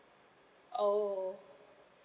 oh